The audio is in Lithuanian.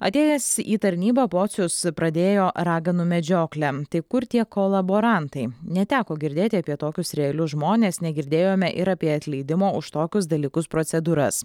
atėjęs į tarnybą pocius pradėjo raganų medžioklę tai kur tie kolaborantai neteko girdėti apie tokius realius žmones negirdėjome ir apie atleidimo už tokius dalykus procedūras